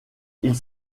ils